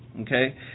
okay